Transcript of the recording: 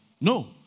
No